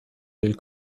del